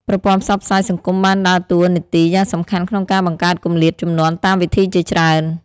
ប្រព័ន្ធផ្សព្វផ្សាយសង្គមបានដើរតួនាទីយ៉ាងសំខាន់ក្នុងការបង្កើតគម្លាតជំនាន់តាមវិធីជាច្រើន។